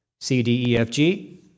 C-D-E-F-G